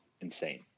insane